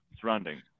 surrounding